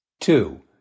Two